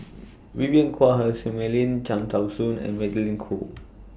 Vivien Quahe Seah Mei Lin Cham Tao Soon and Magdalene Khoo